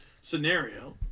scenario